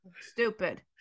stupid